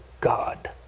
God